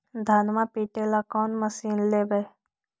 धनमा पिटेला कौन मशीन लैबै?